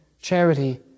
charity